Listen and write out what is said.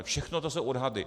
Všechno to jsou odhady.